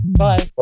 Bye